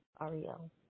Ariel